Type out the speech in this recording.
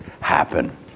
happen